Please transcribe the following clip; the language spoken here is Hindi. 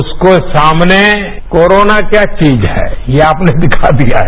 उसके सामने कोरोना क्या चीज है ये आपने दिखा दिया है